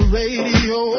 radio